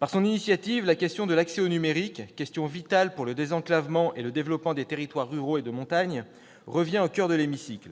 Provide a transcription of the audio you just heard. Par son initiative, la question de l'accès au numérique, question vitale pour le désenclavement et le développement des territoires ruraux et de montagne, revient au coeur de l'hémicycle.